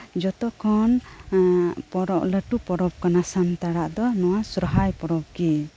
ᱡᱚᱛᱚᱠᱷᱚᱱᱞᱟᱹᱴᱩ ᱯᱚᱨᱚᱵ ᱠᱟᱱᱟ ᱥᱟᱱᱛᱟᱲᱟᱜ ᱫᱚ ᱱᱚᱣᱟ ᱥᱚᱦᱨᱟᱭ ᱯᱚᱨᱚᱵᱜᱤ